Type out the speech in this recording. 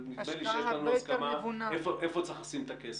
נדמה לי שיש לנו הסכמה איפה צריך לשים את הכסף.